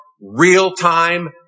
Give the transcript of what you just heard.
real-time